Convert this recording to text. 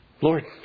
Lord